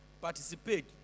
Participate